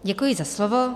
Děkuji za slovo.